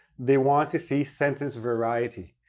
they want to see sentence variety.